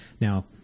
Now